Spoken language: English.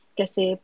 kasi